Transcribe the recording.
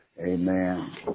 Amen